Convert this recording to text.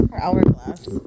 Hourglass